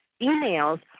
emails